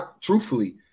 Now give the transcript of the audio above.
truthfully